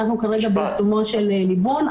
אנחנו כרגע בעיצומו של ליבון.